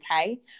okay